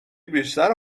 بیشتر